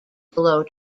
below